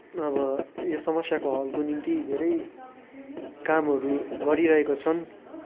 अब यो समस्याको हलको निम्ति धेरै कामहरू गरिरहेका छन्